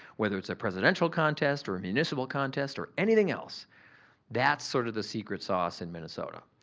whether it's a presidential contest or a municipal contest or anything else that's sort of the secret sauce in minnesota.